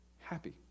Happy